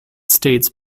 states